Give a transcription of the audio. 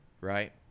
right